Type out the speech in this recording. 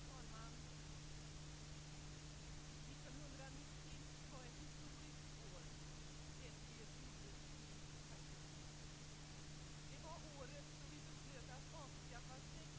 Fru talman!